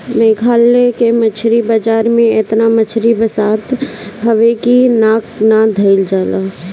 मेघालय के मछरी बाजार में एतना मछरी बसात हवे की नाक ना धइल जाला